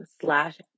slash